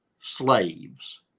slaves